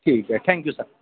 ٹھیک ہے thank you sir